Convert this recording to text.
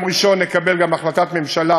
ביום ראשון נקבל גם החלטת ממשלה